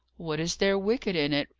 what is there wicked in it?